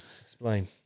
Explain